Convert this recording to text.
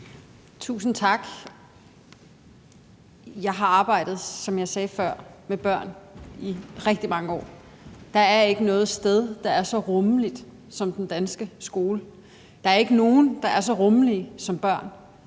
Tusind tak. Jeg har, som jeg sagde før, arbejdet med børn i rigtig mange år. Der er ikke noget sted, der er så rummeligt som den danske skole; der er ikke nogen, der er så rummelige, som børn